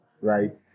right